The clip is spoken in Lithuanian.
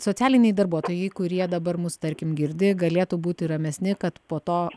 socialiniai darbuotojai kurie dabar mus tarkim girdi galėtų būti ramesni kad po to